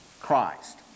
Christ